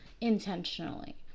intentionally